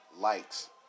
likes